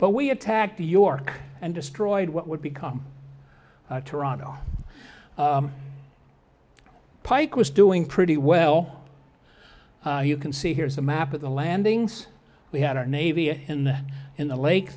but we attacked the york and destroyed what would become toronto pike was doing pretty well you can see here's a map of the landings we had our navy in in the lake